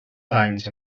danys